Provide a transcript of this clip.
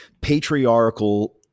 patriarchal